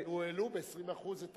העלו ב-20% את,